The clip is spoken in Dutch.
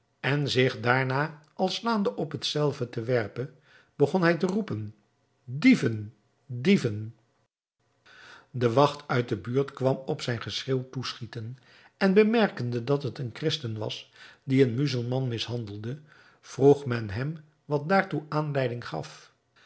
en zich daarna al slaande op hetzelve werpende begon hij te roepen dieven dieven de wacht uit die buurt kwam op zijn geschreeuw toeschieten en bemerkende dat het een christen was die een muzelman mishandelde vroeg men hem wat daartoe aanleiding gaf